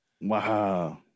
Wow